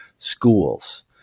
schools